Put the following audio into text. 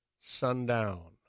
sundown